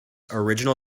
original